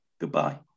Goodbye